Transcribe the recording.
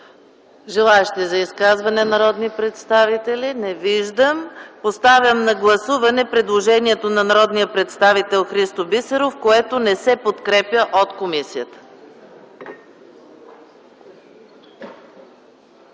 Желаещи за изказване? Не виждам. Поставям на гласуване предложението на народния представител Христо Бисеров, което не се подкрепя от комисията.